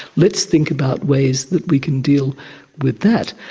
let's think about ways that we can deal with that.